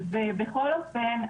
ובכל אופן,